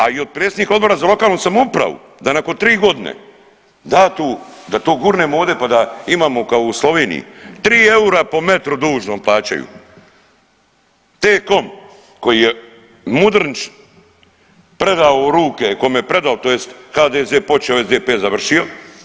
A i od predsjednika Odbora za lokalnu samoupravu, da nakon tri godine da tu da to gurnemo ovdje pa da imamo kao u Sloveniji 3 eura po metru dužnom plaćaju, T-Com koji je Mudrinić predao u ruke kome je predao, tj. HDZ počeo, SDP završio.